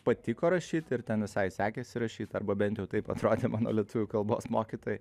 patiko rašyt ir ten visai sekėsi rašyt arba bent jau taip atrodė mano lietuvių kalbos mokytojai